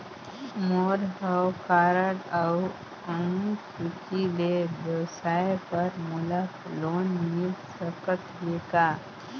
मोर हव कारड अउ अंक सूची ले व्यवसाय बर मोला लोन मिल सकत हे का?